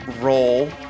roll